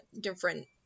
different